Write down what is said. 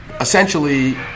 essentially